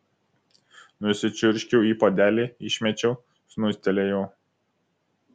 nusičiurškiau į puodelį išmečiau snūstelėjau